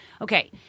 okay